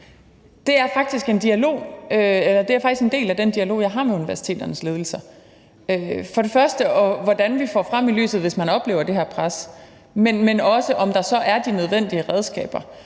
(Ane Halsboe-Jørgensen): Det er faktisk en del af den dialog, jeg har med universiteternes ledelser, både om, hvordan vi får det frem i lyset, hvis man oplever det her pres, men også, om der så er de nødvendige redskaber.